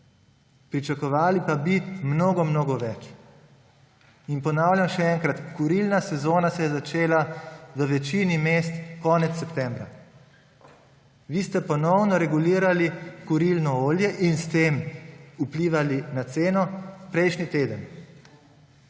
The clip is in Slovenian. Pričakovali pa bi mnogo, mnogo več. In ponavljam še enkrat, kurilna sezona se je začela v večini mest konec septembra. Vi ste ponovno regulirali kurilno olje in s tem vplivali na ceno prejšnji teden.